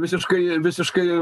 visiškai visiškai